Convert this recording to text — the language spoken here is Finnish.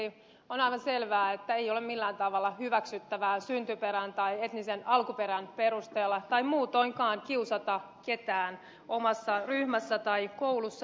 on aivan selvää että ei ole millään tavalla hyväksyttävää syntyperän tai etnisen alkuperän perusteella tai muutoinkaan kiusata ketään omassa ryhmässä tai koulussa